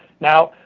now,